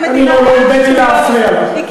הקימה, סליחה, גברתי.